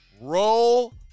Roll